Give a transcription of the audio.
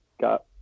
got